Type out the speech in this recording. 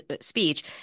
speech